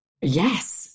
yes